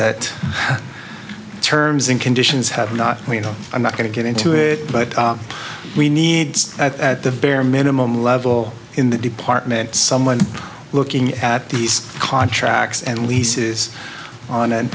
that terms and conditions have not been you know i'm not going to get into it but we need at the bare minimum level in the department someone looking at these contracts and leases on an